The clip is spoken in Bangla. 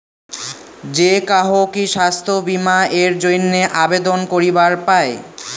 যে কাহো কি স্বাস্থ্য বীমা এর জইন্যে আবেদন করিবার পায়?